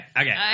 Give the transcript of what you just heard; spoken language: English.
Okay